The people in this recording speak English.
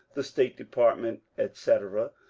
the state department, etc,